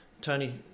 Tony